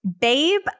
Babe